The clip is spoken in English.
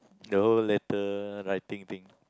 the whole letter writing thing